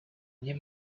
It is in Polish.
nie